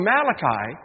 Malachi